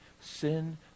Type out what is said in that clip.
Sin